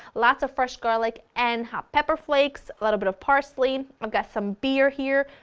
lots of fresh garlic and hot pepper flakes, a little bit of parsley, i've got some beer here,